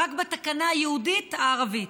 רק בתקנה הייעודית לתרבות הערבית.